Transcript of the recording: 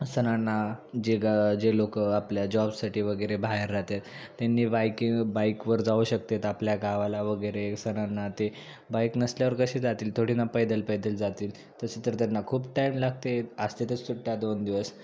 सणांना जे ग जे लोकं आपल्या जॉबसाठीवगैरे बाहेर राहतात त्यांनी बाईकिंग बाईकवर जाऊ शकतात आपल्या गावाला वगैरे सणांना ते बाईक नसल्यावर कसे जातील थोडी ना पैदल पैदल जातील तसे तर त्यांना खूप टाईम लागते असते तरच सुट्ट्या दोन दिवस